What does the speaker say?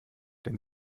denn